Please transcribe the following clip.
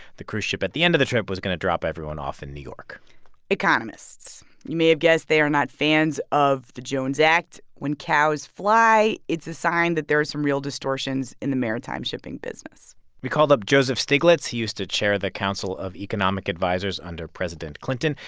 the cruise ship, at the end of the trip, was going to drop everyone off in new york economists you may have guessed they are not fans of the jones act. when cows fly, it's a sign that there are some real distortions in the maritime shipping business we called up joseph stiglitz. he used to chair the council of economic advisers under president clinton.